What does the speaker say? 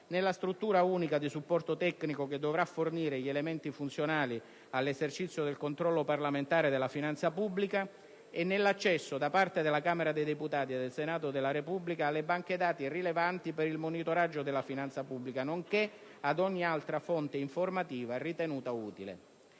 nella Struttura unica di supporto tecnico che dovrà fornire gli elementi funzionali all'esercizio del controllo parlamentare della finanza pubblica e nell'accesso, da parte della Camera dei deputati e del Senato della Repubblica, alle banche dati rilevanti per il monitoraggio della finanza pubblica, nonché ad ogni altra fonte informativa ritenuta utile.